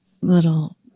little